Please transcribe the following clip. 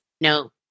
No